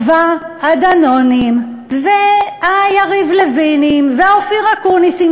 ובה הדנונים והיריב לוינים והאופיר אקוניסים,